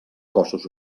cossos